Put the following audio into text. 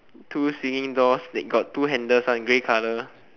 two swinging doors that got two handles one grey colour